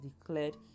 declared